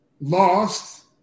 lost